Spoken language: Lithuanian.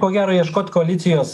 ko gero ieškot koalicijos